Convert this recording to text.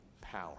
power